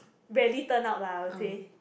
very turn out lah I would say